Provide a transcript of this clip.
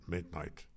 Midnight